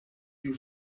più